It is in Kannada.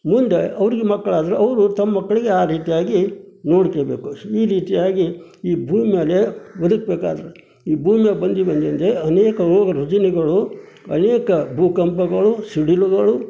ಮುಂದೆ ಅವ್ರಿಗೆ ಮಕ್ಕಳಾದ್ರೆ ಅವರು ತಮ್ಮ ಮಕ್ಕಳಿಗೆ ಆ ರೀತಿಯಾಗಿ ನೋಡ್ಕೋಬೇಕು ಸೊ ಈ ರೀತಿಯಾಗಿ ಈ ಭೂಮಿ ಮೇಲೆ ಬದುಕ್ಬೇಕಾದ್ರೆ ಈ ಭೂಮಿ ಮೇಲೆ ಬಂದೀವಂತಂದರೆ ಅನೇಕ ರೋಗ ರುಜಿನಗಳು ಅನೇಕ ಭೂಕಂಪಗಳು ಸಿಡಿಲುಗಳು